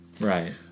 right